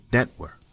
Network